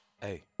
hey